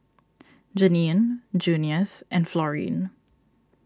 Jeannine Junius and Florene